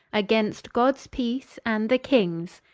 against gods peace and the kings,